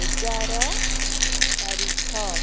ଏଗାର ତାରିଖ